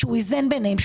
שאיזן ביניהם,